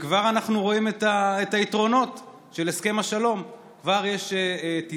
כבר אנחנו רואים את היתרונות של הסכם השלום: כבר יש טיסות,